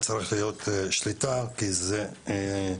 וצריך להיות שליטה כי יש סכנות,